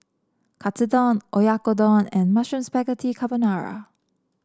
Katsudon Oyakodon and Mushroom Spaghetti Carbonara